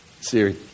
Siri